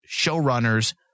showrunners